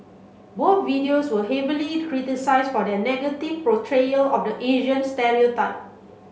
both videos were heavily criticised for their negative portrayal of the Asian stereotype